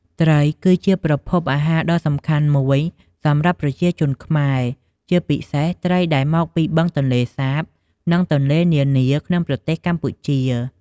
ត្រីគឺជាប្រភពអាហារដ៏សំខាន់មួយសម្រាប់ប្រជាជនខ្មែរ ជាពិសេសត្រីដែលមកពីបឹងទន្លេសាប និងទន្លេនានាក្នុងប្រទេសកម្ពុជា។